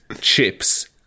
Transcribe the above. chips